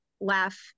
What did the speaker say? laugh